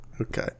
Okay